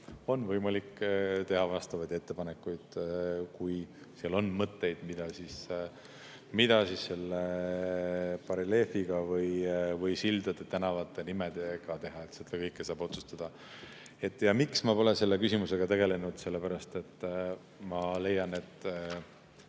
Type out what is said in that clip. on võimalik teha vastavaid ettepanekuid, kui neil on mõtteid, mida selle bareljeefiga või sildade ja tänavate nimedega teha. Seda kõike saab otsustada. Ja miks ma pole selle küsimusega tegelenud? Sellepärast, et ma leian, et